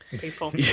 people